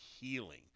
healing